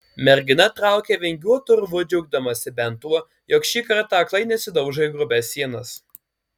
mergina traukė vingiuotu urvu džiaugdamasi bent tuo jog šį kartą aklai nesidaužo į grubias sienas